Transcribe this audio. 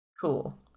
cool